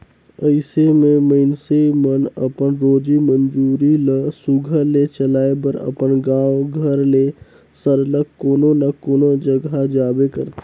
अइसे में मइनसे मन अपन रोजी मंजूरी ल सुग्घर ले चलाए बर अपन गाँव घर ले सरलग कोनो न कोनो जगहा जाबे करथे